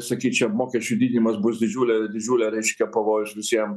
sakyčiau mokesčių didinimas bus didžiulė didžiulė reiškia pavojus visiem